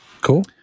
Cool